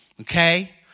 okay